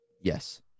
Yes